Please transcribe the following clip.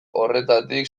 horretatik